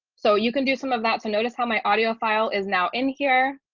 so you can do some of that to notice how my audio file is now in here.